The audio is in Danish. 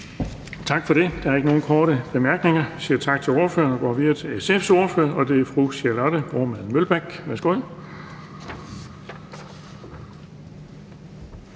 Bonnesen): Der er ikke nogen korte bemærkninger. Vi siger tak til ordføreren og går videre til SF's ordfører, og det er fru Charlotte Broman Mølbæk. Værsgo.